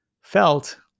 felt